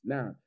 Now